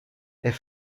est